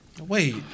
Wait